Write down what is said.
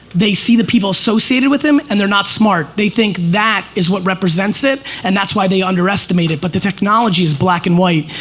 they see the people associated with them and they're not smart, they think that is what represents it and that's why they underestimate it but the technology is black and white.